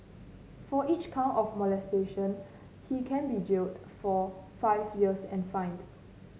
for each count of molestation he can't be jailed for five years and fined